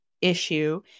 issue